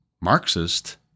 Marxist